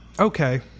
Okay